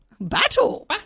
Battle